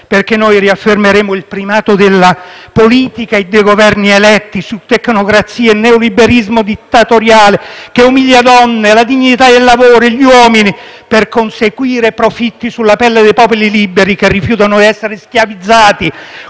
noi riaffermeremo il primato della politica e dei Governi eletti su tecnocrazie e neoliberismo dittatoriale, che umiliano la dignità del lavoro di donne e uomini, per conseguire profitti sulla pelle dei popoli liberi che rifiutano di essere schiavizzati,